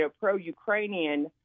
pro-Ukrainian